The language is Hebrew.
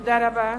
תודה רבה.